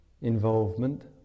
involvement